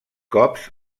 cops